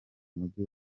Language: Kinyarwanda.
mujyi